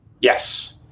Yes